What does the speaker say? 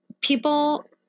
People